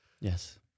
Yes